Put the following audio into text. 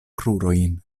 krurojn